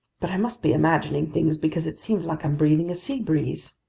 but i must be imagining things, because it seems like i'm breathing a sea breeze!